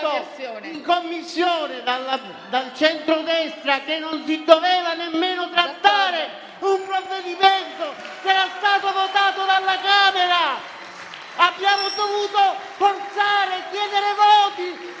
in Commissione dal centrodestra che non si doveva nemmeno trattare un provvedimento che era stato votato dalla Camera. Abbiamo dovuto forzare e chiedere voti